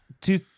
two